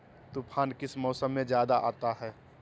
तूफ़ान किस मौसम में ज्यादा आता है?